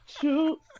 shoot